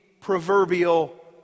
proverbial